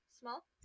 Small